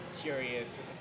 curious